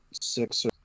six